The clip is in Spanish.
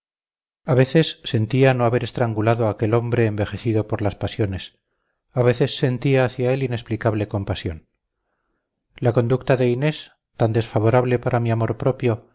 a veces sentía no haber estrangulado a aquel hombre envejecido por las pasiones a veces sentía hacia él inexplicable compasión la conducta de inés tan desfavorable para mi amor propio